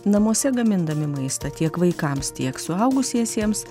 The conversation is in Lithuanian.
namuose gamindami maistą tiek vaikams tiek suaugusiesiems